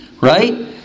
right